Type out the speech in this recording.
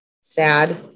sad